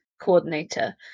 coordinator